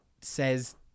says